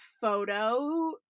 photo